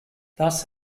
thus